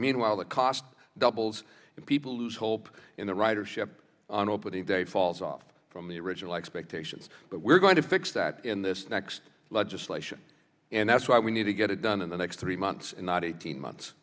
meanwhile the cost doubles and people lose hope in the ridership on opening day falls off from the original expectations but we're going to fix that in this next legislation and that's why we need to get it done in the next three months and not eighteen months